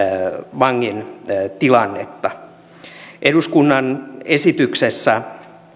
vangin tilannetta hallituksen esityksessä